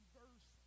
verse